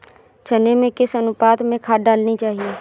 चने में किस अनुपात में खाद डालनी चाहिए?